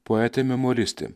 poetė memoristė